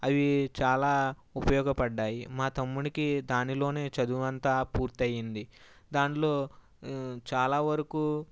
అవి చాలా ఉపయోగపడ్డాయి మా తమ్ముడికి దానిలోనే చదువంతా పూర్తయ్యింది దానిలో చాలా వరకు